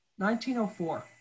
1904